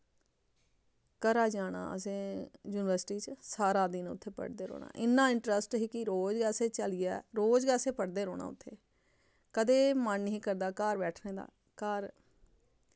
घरा जाना असें युनिवर्सटी च सारा दिन उत्थै पढ़दे रौह्ना इन्ना इंट्रस्ट हा कि रोज असें चलियै रोज गै असें पढ़दे रौह्ना उत्थै कदें मन नेईं हा करदा घर बैठने दा घर